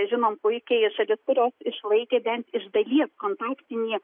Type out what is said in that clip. žinom puikiai šalis kurios išlaikė bent iš dalies kontaktinį